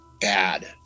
bad